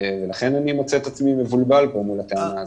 ולכן אני מוצא את עצמי מבולבל פה מן הטענה הזו.